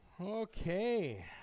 Okay